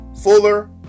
fuller